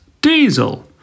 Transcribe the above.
diesel